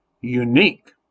unique